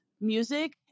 music